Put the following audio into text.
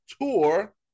Tour